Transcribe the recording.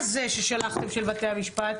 היום ה-8 בפברואר 2022, ז' באדר א' תשפ"ב.